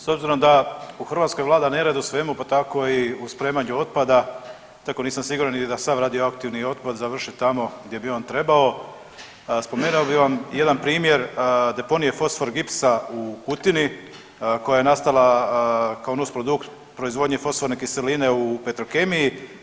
S obzirom da u Hrvatskoj vlada nered u svemu pa tako i u spremanju otpada, tako nisam siguran ni da sav radioaktivni otpad završi tamo gdje bi on trebao, spomenuo bi vam jedan primjer deponije fosfogipsa u Kutini koja je nastala kao nusprodukt proizvodnje fosforne kiseline u Petrokemiji.